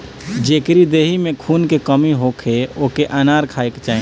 जेकरी देहि में खून के कमी होखे ओके अनार खाए के चाही